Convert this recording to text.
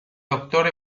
doctor